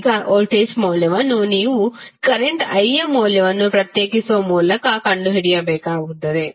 ಈಗ ವೋಲ್ಟೇಜ್ ಮೌಲ್ಯವನ್ನು ನೀವು ಕರೆಂಟ್ i ಯ ಮೌಲ್ಯವನ್ನು ಪ್ರತ್ಯೇಕಿಸುವ ಮೂಲಕ ಕಂಡುಹಿಡಿಯಬೇಕಾಗುತ್ತದೆ